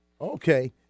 Okay